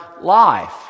life